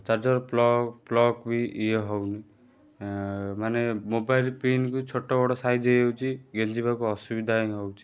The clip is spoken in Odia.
ଚାର୍ଜର୍ ପ୍ଲଗ୍ ପ୍ଲଗ୍ ବି ଇଏ ହଉନି ମାନେ ମୋବାଇଲ୍ ପିନ୍ କୁ ଛୋଟ ବଡ଼ ସାଇଜ୍ ହେଇଯାଉଛି ଗେଞ୍ଜିବାକୁ ଅସୁବିଧା ହିଁ ହଉଛି